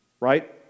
right